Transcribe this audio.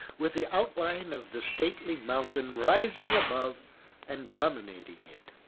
with the outline of the stately mountain rising above and dominating it.